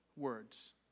words